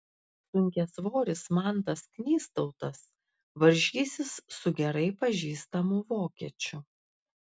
sunkiasvoris mantas knystautas varžysis su gerai pažįstamu vokiečiu